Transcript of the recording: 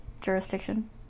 jurisdiction